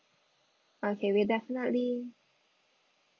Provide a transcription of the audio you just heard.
okay we'll definitely